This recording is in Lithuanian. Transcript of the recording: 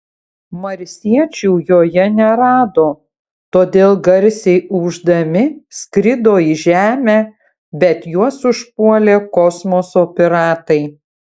marsiečių joje nerado todėl garsiai ūždami skrido į žemę bet juos užpuolė kosmoso piratai